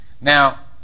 Now